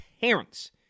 parents